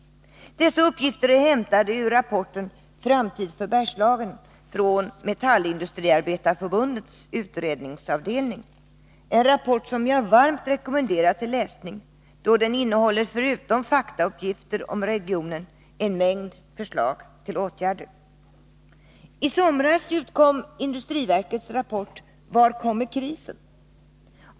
Dessa uppgifter är hämtade ur rapporten Framtid för Bergslagen från Metallindustriarbetarförbundets utredningsavdelning — en rapport som jag varmt rekommenderar till läsning, då den förutom faktauppgifter om regionen innehåller en mängd förslag till åtgärder. I somras utkom industriverkets rapport Var kommer krisen?